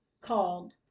called